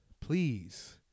Please